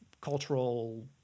cultural